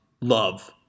love